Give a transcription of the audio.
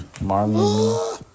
Marley